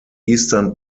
eastern